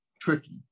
tricky